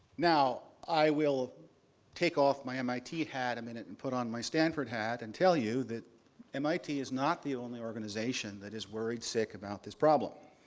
now, i will take off my mit hat and put on my stanford hat and tell you that mit is not the only organization that is worried sick about this problem.